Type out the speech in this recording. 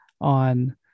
on